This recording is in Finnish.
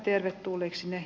arvoisa puhemies